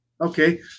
Okay